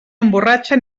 emborratxa